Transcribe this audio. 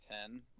ten